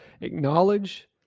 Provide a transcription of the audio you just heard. Acknowledge